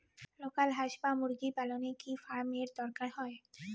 Local হাস বা মুরগি পালনে কি ফার্ম এর দরকার হয়?